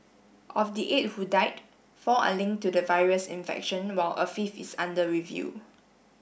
of the eight who died four are linked to the virus infection while a fifth is under review